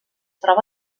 troba